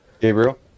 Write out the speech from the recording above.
Gabriel